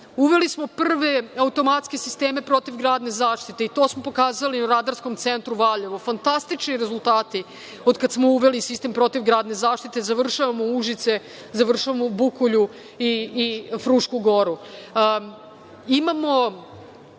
Mačvi. Uveli smo prve automatske sisteme protiv gradne zaštite i to smo pokazali Radarskom centru Valjevo, fantastični rezultati od kada smo uveli sistem protiv gradne zaštite. Završavamo u Užice, završavamo u Bukulju i Frušku Goru. Imamo